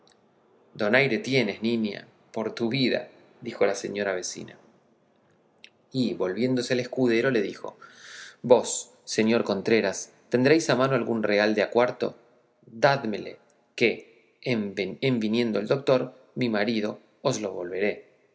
donaire tienes niña por tu vida dijo la señora vecina y volviéndose al escudero le dijo vos señor contreras tendréis a mano algún real de a cuatro dádmele que en viniendo el doctor mi marido os le volveré